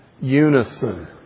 unison